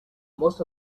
most